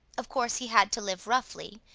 of course he had to live roughly,